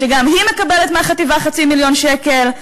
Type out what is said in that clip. שגם היא מקבלת מהחטיבה חצי מיליון שקל.